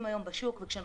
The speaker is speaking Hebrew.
בעיניך?